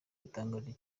bitangaje